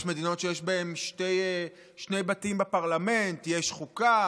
יש מדינות שיש בהן שני בתים בפרלמנט, יש חוקה,